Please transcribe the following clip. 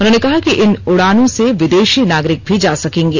उन्होंने कहा कि इन उड़ानों से विदेशी नागरिक भी जा सकेंगे